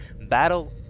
battle